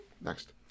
Next